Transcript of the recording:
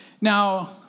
Now